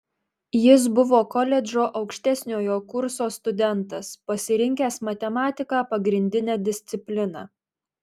jis buvo koledžo aukštesniojo kurso studentas pasirinkęs matematiką pagrindine disciplina